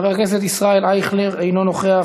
חבר הכנסת ישראל אייכלר, אינו נוכח.